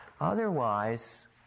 Otherwise